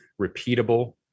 repeatable